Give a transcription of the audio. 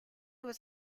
was